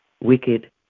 wicked